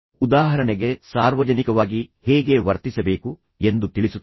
ಉದಾಹರಣೆಗೆ ಸಾರ್ವಜನಿಕವಾಗಿ ಹೇಗೆ ವರ್ತಿಸಬೇಕು ಎಂದು ತಿಳಿಸುತ್ತದೆ